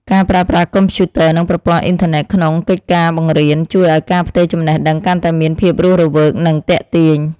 ការប្រើប្រាស់កុំព្យូទ័រនិងប្រព័ន្ធអ៊ីនធឺណិតក្នុងកិច្ចការបង្រៀនជួយឱ្យការផ្ទេរចំណេះដឹងកាន់តែមានភាពរស់រវើកនិងទាក់ទាញ។